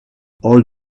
all